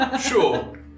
Sure